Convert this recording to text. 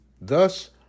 thus